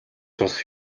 болох